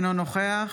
אינו נוכח